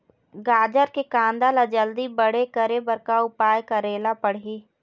गाजर के कांदा ला जल्दी बड़े करे बर का उपाय करेला पढ़िही?